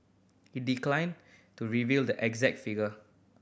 he declined to reveal the exact figure